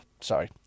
sorry